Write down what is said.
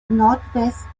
nordwest